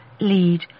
lead